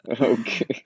Okay